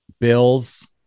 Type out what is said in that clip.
Bills